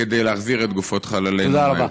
כדי להחזיר את גופות חללי צה"ל.